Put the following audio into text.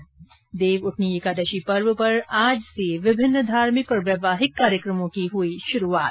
्र देवउठनी एकादशी पर्व पर आज से विभिन्न धार्मिक और वैवाहिक कार्यक्रमों की हुई शुरूआत